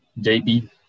JB